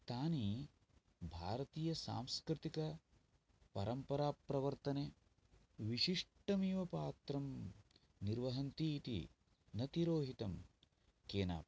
तानि भारतीयसांस्कतिकपरम्पराप्रवर्तने विशिष्टमेव पात्रं निर्वहन्तीति न तिरोहितं केनापि